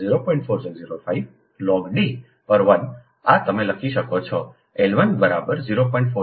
4605 log D પર 1 આ તમે લખી શકો છો L1 બરાબર 0